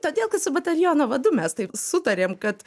todėl kad su bataliono vadu mes taip sutarėm kad